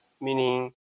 meaning